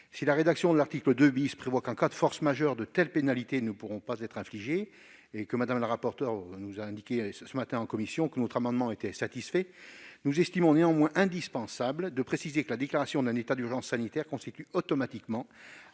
si la rédaction de l'article 2 C prévoit que, en cas de force majeure, de telles pénalités ne pourront pas être infligées, et malgré le fait que Mme la rapporteure nous a indiqué en commission que notre amendement était satisfait, nous estimons indispensable de préciser que la déclaration d'un état d'urgence sanitaire constitue automatiquement